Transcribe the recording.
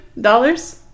dollars